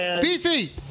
Beefy